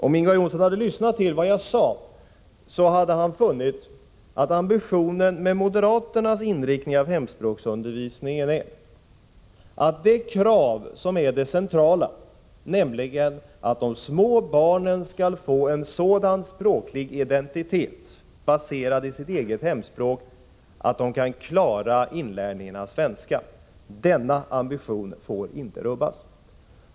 Om Ingvar Johnsson hade lyssnat till vad jag sade hade han funnit att ambitionen med moderaternas inriktning av hemspråksundervisningen är att det krav som är det centrala, nämligen att de små barnen skall få en sådan språklig identitet baserad på sitt eget hemspråk att de kan klara inlärningen av svenska, inte får rubbas.